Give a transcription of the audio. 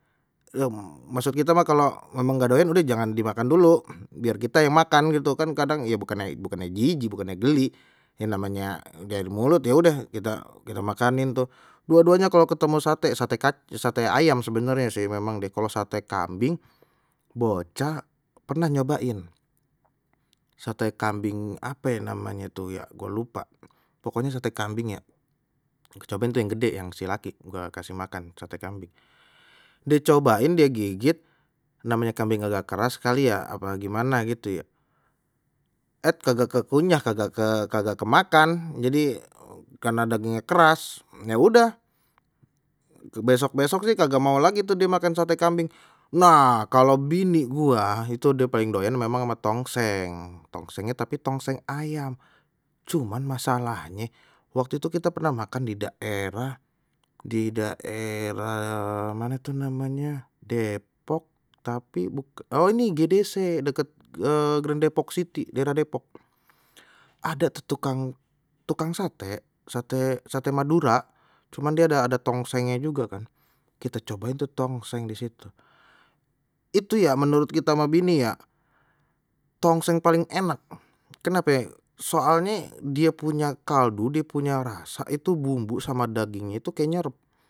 Maksud kita mah kalau memang nggak doyan mah udah jangan dimakan dulu, biar kita yang makan gitu kan kadang ya bukannye bukannye jijik bukannya geli, yang namanya jadi mulut ya udah kita makanin tu. Dua-duanya kalau ketemu sate sate kac sate ayam sebenarnya sih memang deh, kalau sate kambing bocah pernah nyobain sate kambing ape ye namenye tu ya gua lupa pokoknya sate kambing ya, cobain tu yang gede yang si laki gua kasih makan sate kambing dicobain dia gigit namanya kambing agak keras kali ya apa gimana gitu ya et kagak kekunyah kagak kagak ke kagak kemakan jadi karena dagingnya keras ya udah besok-besok sih kagak mau lagi tuh dimakan sate kambing. Nah kalau bini gua itu dia paling doyan memang ama tongseng, tongsengnya tapi tongseng ayam cuman masalahnye waktu itu kita pernah makan di daerah di daerah mana itu namanya depok, tapi bukan oh ini gdc dekat uh grand depok city daerah depok, ada tuh tukang tukang sate sate sate madura cuman dia ada ada tongsengnye juga kan kita cobain tu tongseng disitu itu ya menurut kita mah gini ya tongseng paling enak, kenape soalnye dia punya kaldu dia punya rasa itu bumbu sama daging itu kayak nyerep.